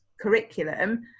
curriculum